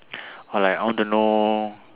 or like I want to know